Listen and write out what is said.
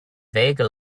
vague